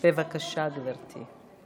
בבקשה, גברתי.